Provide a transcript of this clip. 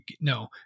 no